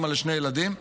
אימא לשני ילדים,